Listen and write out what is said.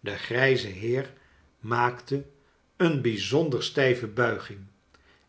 de grijze heer maakte een bijzonder stijve buiging